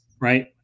right